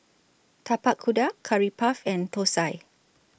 Tapak Kuda Curry Puff and Thosai